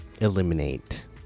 eliminate